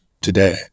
today